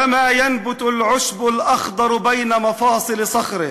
להלן תרגומו: כמו העשב הירוק הצומח בין חגווי הסלעים.)